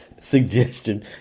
suggestion